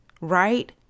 right